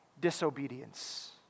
disobedience